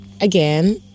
again